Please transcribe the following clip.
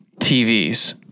TVs